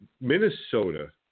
Minnesota